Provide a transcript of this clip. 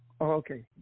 Okay